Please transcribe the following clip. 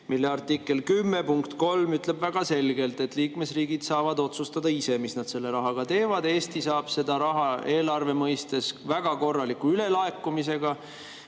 mille artikli 10 punkt 3 ütleb väga selgelt, et liikmesriigid saavad otsustada ise, mis nad selle rahaga teevad. Eesti saab seda raha eelarve mõistes väga korraliku ülelaekumisega.